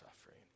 suffering